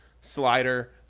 slider